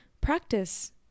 practice